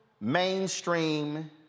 mainstream